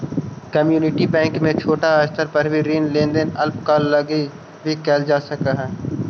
community bank में छोटा स्तर पर भी ऋण लेन देन अल्पकाल लगी भी कैल जा सकऽ हइ